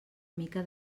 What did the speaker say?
mica